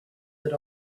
that